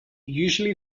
usually